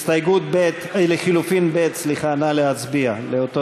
הסתייגות לחלופין (ב) לאותו